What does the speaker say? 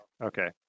Okay